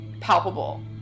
palpable